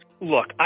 Look